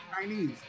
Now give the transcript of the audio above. Chinese